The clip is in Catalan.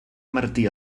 martí